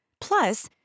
Plus